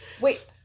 Wait